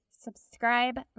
subscribe